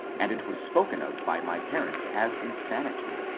and it was spoken of by my parents as insanity.